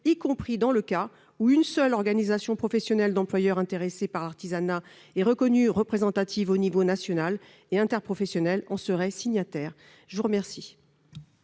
y compris dans le cas où une seule organisation professionnelle d'employeurs intéressée par l'artisanat et reconnue représentative au niveau national et interprofessionnel en serait signataire. La parole